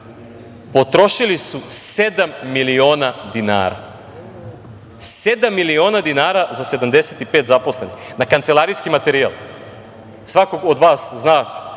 potrošili su sedam miliona dinara. Sedam miliona dinara za 75 zaposlenih, na kancelarijski materijal. Svako od vas zna